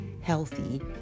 healthy